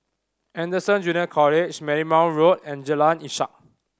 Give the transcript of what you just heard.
Anderson Junior College Marymount Road and Jalan Ishak